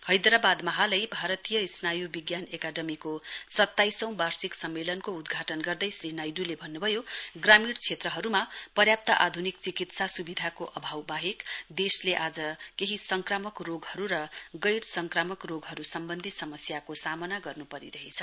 हैदरावादमा हालै भारतीय स्नायुविज्ञान एकाडमीको सत्ताइसौं वार्षिक सम्मेलनको उद्घाटन गर्दै श्री नाइडूले भन्नुभयो ग्रामीण क्षेत्रहरुमा पर्याप्त आधुनिक चिकित्सा सुविधाको अभाव वाहेक देशले आज केही संक्रामक रोगहरु र गैर संक्रामक रोगहरुका सम्वन्धी समस्याको सामना गर्नुपरिरहेछ